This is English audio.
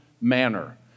manner